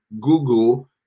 Google